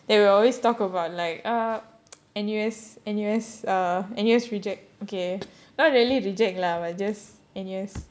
they will always talk about like err N_U_S N_U_S uh N_U_S reject okay not really reject lah but just N_U_S